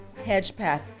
Hedgepath